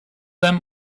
them